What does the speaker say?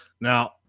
Now